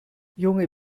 junge